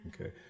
okay